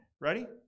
Ready